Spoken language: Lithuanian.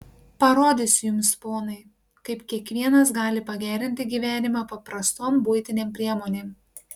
parodysiu jums ponai kaip kiekvienas gali pagerinti gyvenimą paprastom buitinėm priemonėm